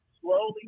slowly